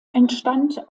entstand